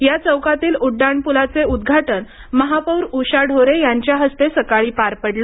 या चौकातील उड्डाणपुलाचे उद्घाटन महापौर उषा ढोरे यांच्या हस्ते सकाळी पार पडलं